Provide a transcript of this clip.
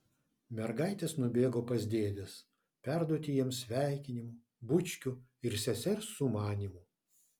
mergaitės nubėgo pas dėdes perduoti jiems sveikinimų bučkių ir sesers sumanymų